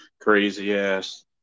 crazy-ass